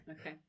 Okay